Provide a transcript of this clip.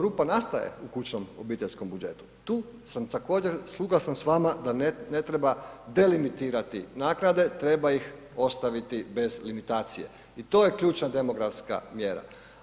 rupa nastaje u kućnom obiteljskom budžetu, tu sam također suglasan s vama da ne treba delimitirati naknade, treba ih ostaviti bez limitacije i to je ključna demografska mjera.